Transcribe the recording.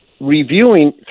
reviewing